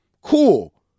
cool